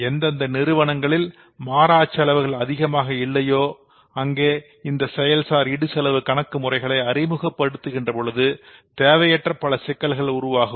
எந்தெந்த நிறுவனங்களில் மாறாச்செலவுகள் அதிகமாக இல்லையோ அங்கே இந்த செயல்சார் இடுசெலவு கணக்குகளை அறிமுகபடுத்துகின்றதென்பது தேவையற்ற பல சிக்கல்களை உருவாக்கும்